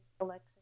election